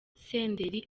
senderi